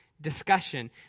discussion